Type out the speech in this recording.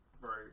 right